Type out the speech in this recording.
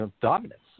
Dominance